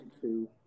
two